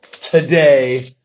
today